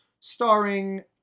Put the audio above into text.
Starring